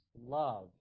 love